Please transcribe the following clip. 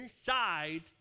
inside